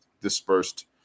dispersed